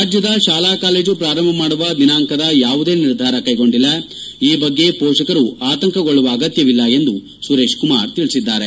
ರಾಜ್ಯದ ಶಾಲಾ ಕಾಲೇಜು ಪೂರಂಭ ಮಾಡುವ ದಿನಾಂಕದ ಯಾವುದೇ ನಿರ್ಧಾರ ಕೈಗೊಂಡಿಲ್ಲ ಈ ಬಗ್ಗೆ ಮೋಷಕರು ಆತಂಕಗೊಳ್ಳುವ ಅಗತ್ಯವಿಲ್ಲ ಎಂದು ಸುರೇಶಕುಮಾರ್ ತಿಳಿಸಿದ್ದಾರೆ